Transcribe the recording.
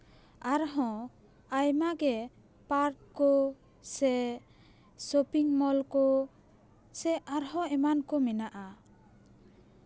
ᱟᱨᱦᱚᱸ ᱟᱭᱢᱟᱜᱮ ᱯᱟᱨᱠ ᱠᱚ ᱥᱮ ᱥᱚᱯᱤᱝ ᱢᱚᱞ ᱠᱚ ᱥᱮ ᱟᱨᱦᱚᱸ ᱮᱢᱟᱱ ᱠᱚ ᱢᱮᱱᱟᱜᱼᱟ